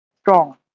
strong